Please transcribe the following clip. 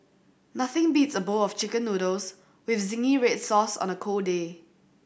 nothing beats a bowl of Chicken Noodles with zingy red sauce on a cold day